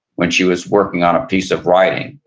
when she was working on a piece of writing.